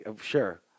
Sure